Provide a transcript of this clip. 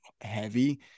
heavy